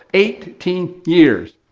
eighteen years.